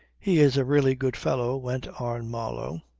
he is a really good fellow, went on marlow.